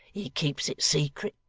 he keeps it secret